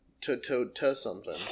To-to-to-something